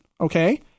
okay